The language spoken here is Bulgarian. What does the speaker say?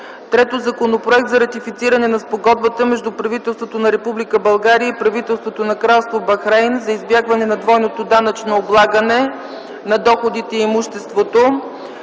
– Законопроект за ратифициране на Спогодбата между правителството на Република България и правителството на Кралство Бахрейн за избягване на двойното данъчно облагане на доходите и имуществото.